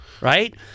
right